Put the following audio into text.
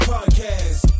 Podcast